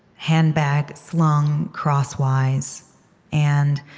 handbag slung crosswise and,